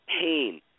pain